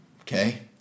Okay